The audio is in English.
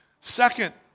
Second